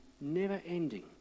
never-ending